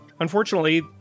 Unfortunately